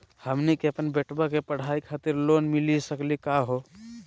हमनी के अपन बेटवा के पढाई खातीर लोन मिली सकली का हो?